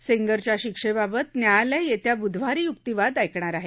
सेंगरच्या शिक्षेबाबत न्यायालय येत्या बुधवारी य्क्तिवाद ऐकणार आहे